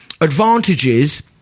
advantages